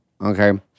Okay